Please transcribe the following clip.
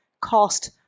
cost